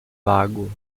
lago